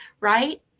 Right